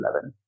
2011